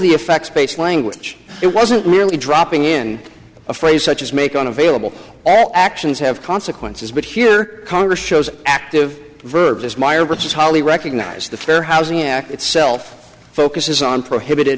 the effects based language it wasn't merely dropping in a phrase such as make on available all actions have consequences but here congress shows an active verb as meyer which is hardly recognize the fair housing act itself focuses on prohibited